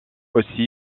aussi